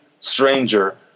stranger